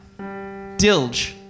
Dilge